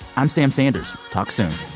i'm sam sanders. talk soon.